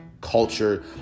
culture